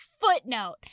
footnote